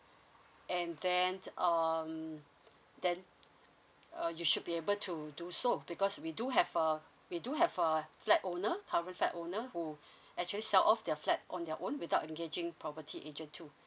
and then um then uh you should be able to do so because we do have uh we do have a flat owner current flat owner who actually sell off their flat on their own without engaging property agent too